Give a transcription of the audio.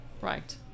Right